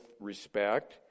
respect